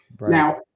Now